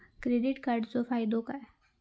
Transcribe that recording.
Credit कार्डाचो फायदो काय?